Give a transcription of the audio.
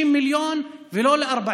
250 מיליון כל שנה.